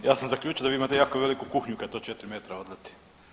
Ja sam zaključio da vi imate jako veliku kuhinju kad to 4 metra odleti.